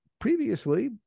previously